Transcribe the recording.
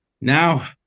Now